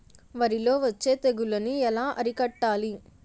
వరిలో వచ్చే తెగులని ఏలా అరికట్టాలి?